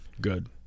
good